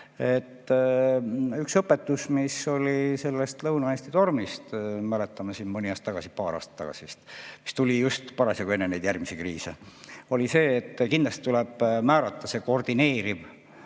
Üks õpetus, mis oli sellest Lõuna-Eesti tormist, mäletame siin mõni aeg tagasi, paar aastat tagasi vist, mis tuli just parasjagu enne järgmisi kriise, oli see, et kindlasti tuleb määrata see koordineeriv